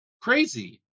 crazy